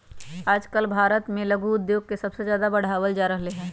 आजकल भारत में लघु उद्योग के सबसे ज्यादा बढ़ावल जा रहले है